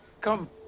Come